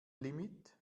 limit